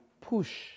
push